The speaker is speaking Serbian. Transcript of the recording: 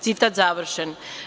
Citat završen.